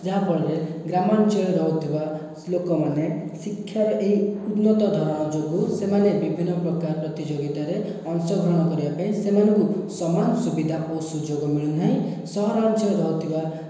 ଯାହାଫଳରେ ଗ୍ରାମାଞ୍ଚଳରେ ରହୁଥିବା ଲୋକମାନେ ଶିକ୍ଷାର ଏହି ଉନ୍ନତଧରଣ ଯୋଗୁଁ ସେମାନେ ବିଭିନ୍ନ ପ୍ରକାର ପ୍ରତିଯୋଗିତାରେ ଅଂଶଗ୍ରହଣ କରିବା ପାଇଁ ସେମାନଙ୍କୁ ସମାନ ସୁବିଧା ଓ ସୁଯୋଗ ମିଳୁନାହିଁ ସହରାଞ୍ଚଳରେ ରହୁଥିବା